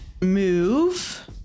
move